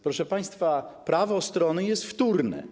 Proszę państwa, prawo strony jest wtórne.